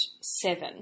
seven